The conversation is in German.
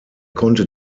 konnte